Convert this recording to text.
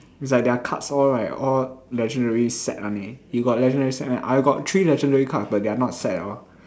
it's like their cards all right all legendary set one eh you got legendary set meh I got three legendary card but they are not set at all